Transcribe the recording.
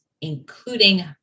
including